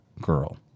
girl